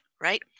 right